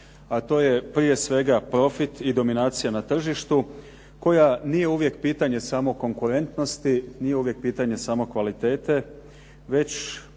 a to je prije svega profit i dominacija na tržištu koja nije uvijek pitanje samo konkurentnosti, nije uvije pitanje samo kvalitete već